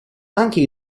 anche